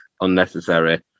unnecessary